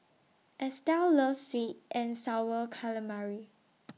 Estell loves Sweet and Sour Calamari